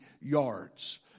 yards